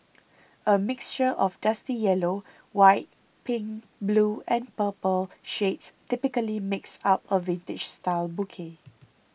a mixture of dusty yellow white pink blue and purple shades typically makes up a vintage style bouquet